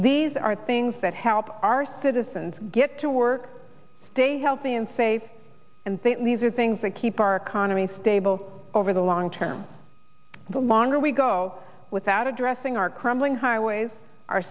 these are things that help our citizens get to work stay healthy and safe and these are things that keep our economy stable over the long term the longer we go without addressing our crumbling highways are